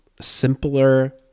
simpler